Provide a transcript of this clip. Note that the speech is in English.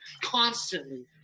constantly